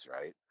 right